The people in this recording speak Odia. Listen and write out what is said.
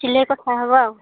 ଚିଲ୍ଲେଇ କଥା ହବ ଆଉ